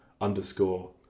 underscore